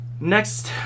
Next